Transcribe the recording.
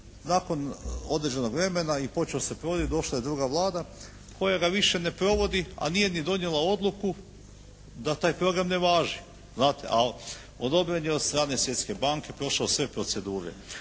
Nakon određenog vremena i počeo se provoditi došla je druga Vlada koja ga više ne provodi, a nije ni donijela odluku da taj program ne važi, znate. Ali odobren je od strane Svjetske banke, prošao sve procedure.